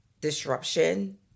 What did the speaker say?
disruption